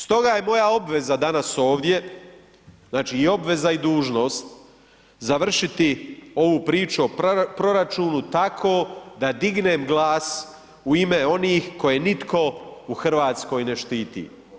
Stoga je moja obveza danas ovdje, znači i obveza i dužnost završiti ovu priču o proračunu tako da dignem glas u ime onih koje nitko u Hrvatskoj ne štiti.